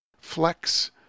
Flex